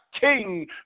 king